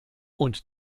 und